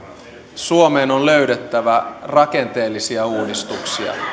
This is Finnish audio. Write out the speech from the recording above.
suomen on löydettävä rakenteellisia uudistuksia